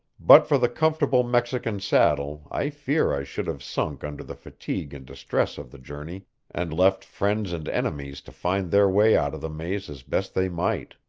but for the comfortable mexican saddle i fear i should have sunk under the fatigue and distress of the journey and left friends and enemies to find their way out of the maze as best they might.